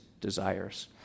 desires